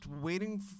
waiting